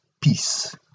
Peace